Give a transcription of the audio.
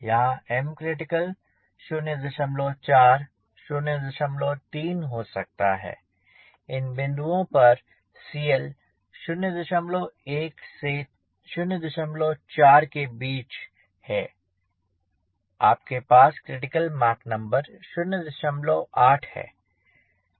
यहाँ M critical 04 03 हो सकता है इन बिंदुओं पर CL 01 04 के बीच है आपके पास क्रिटिकल मॉक नंबर 08 है